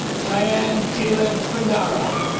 cheyenne tilib quindara